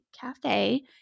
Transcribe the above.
cafe